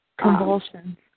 Convulsions